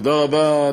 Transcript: תודה רבה,